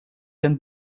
denn